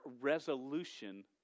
resolution